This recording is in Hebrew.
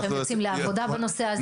לנו שהם יוצאים לעבודה בנושא הזה,